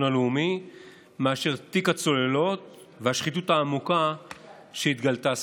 הלאומי מאשר תיק הצוללות והשחיתות העמוקה שהתגלתה סביבו.